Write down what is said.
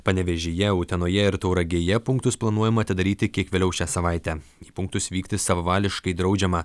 panevėžyje utenoje ir tauragėje punktus planuojama atidaryti kiek vėliau šią savaitę į punktus vykti savavališkai draudžiama